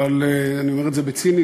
אבל אני אומר את זה בציניות,